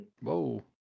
Whoa